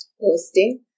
Posting